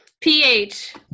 PH